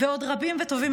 ועוד רבים וטובים,